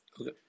Okay